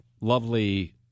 lovely